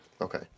Okay